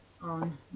on